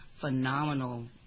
phenomenal